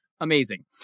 amazing